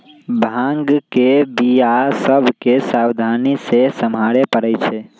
भांग के बीया सभ के सावधानी से सम्हारे परइ छै